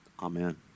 Amen